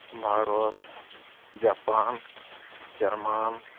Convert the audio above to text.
Bharat Japan Jarman